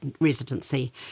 Residency